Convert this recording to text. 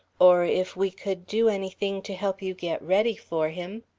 or if we could do anything to help you get ready for him.